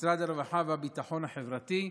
משרד הרווחה והביטחון החברתי,